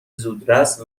زودرس